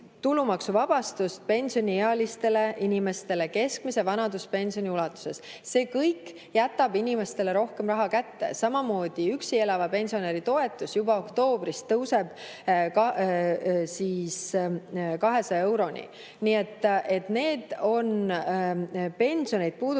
tulumaksuvabastus pensioniealistele inimestele keskmise vanaduspensioni ulatuses. See kõik jätab inimestele rohkem raha kätte. Samamoodi tõuseb üksi elava pensionäri toetus juba oktoobrist 200 euroni. Need on pensione puudutavad